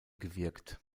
gewirkt